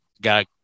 got